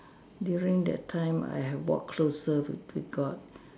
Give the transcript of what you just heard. during that time I have walk closer with with God